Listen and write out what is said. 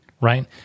right